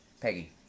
peggy